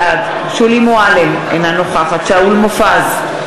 בעד שולי מועלם-רפאלי, אינה נוכחת שאול מופז,